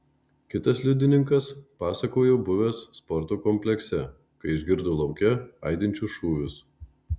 kitas liudininkas pasakojo buvęs sporto komplekse kai išgirdo lauke aidinčius šūvius